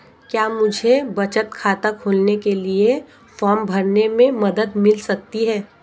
क्या मुझे बचत खाता खोलने के लिए फॉर्म भरने में मदद मिल सकती है?